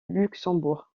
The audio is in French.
luxembourg